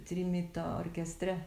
trimito orkestre